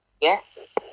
Yes